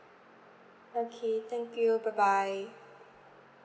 okay thank you bye bye